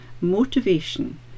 motivation